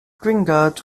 grignard